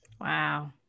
Wow